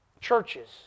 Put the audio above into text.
churches